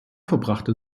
verbrachte